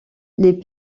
les